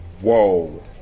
Whoa